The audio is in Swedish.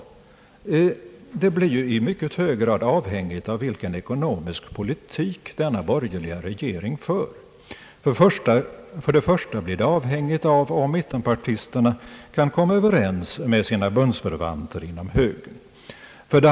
Vårt ställningstagande blir i myc ket hög grad avhängigt av vilken politik en sådan borgerlig regering för. Först och främst beror det på om mittenpartisterna kan komma överens med sina bundsförvanter inom högern.